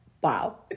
Wow